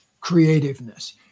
creativeness